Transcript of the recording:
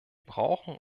brauchen